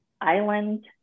island